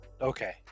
okay